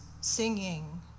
singing